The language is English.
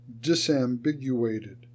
disambiguated